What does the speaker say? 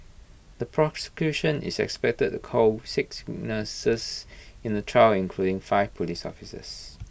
the prosecution is expected to call six witnesses in the trial including five Police officers